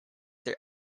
their